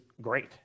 great